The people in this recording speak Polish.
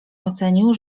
ocenił